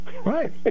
Right